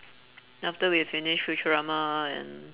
after we finish with drama and